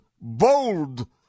bold